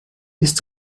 ist